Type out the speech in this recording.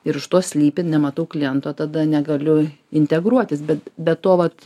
ir už to slypi nematau kliento tada negaliu integruotis bet be to vat